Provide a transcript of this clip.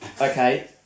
Okay